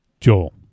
Joel